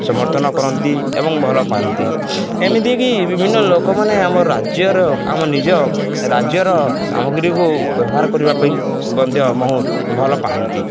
ସମର୍ଥନ କରନ୍ତି ଏବଂ ଭଲ ପାଆନ୍ତି ଏମିତିକି ବିଭିନ୍ନ ଲୋକମାନେ ଆମ ରାଜ୍ୟର ଆମ ନିଜ ରାଜ୍ୟର ସାମଗ୍ରୀକୁ ବ୍ୟବହାର କରିବା ପାଇଁ ମଧ୍ୟ ବହୁତ୍ ଭଲ ପାଆନ୍ତି